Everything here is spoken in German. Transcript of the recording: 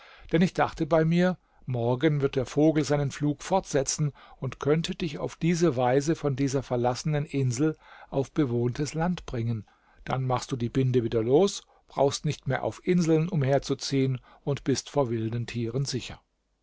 denn ich dachte bei mir morgen wird der vogel seinen flug fortsetzen und könnte dich auf diese weise von dieser verlassenen insel auf bewohntes land bringen dann machst du die binde wieder los brauchst nicht mehr auf inseln umherzuziehen und bist vor wilden tieren sicher